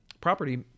property